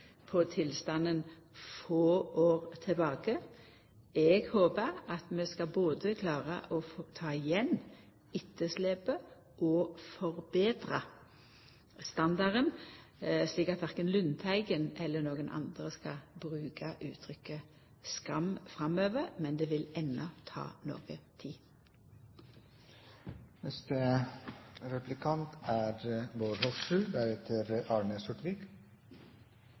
tilstanden få år tilbake. Eg håpar at vi både skal klara å ta igjen etterslepet og forbetra standarden, slik at korkje Lundteigen eller nokon andre skal bruka uttrykket «skam» framover. Men det vil enno ta noko